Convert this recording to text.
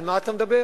על מה אתה מדבר?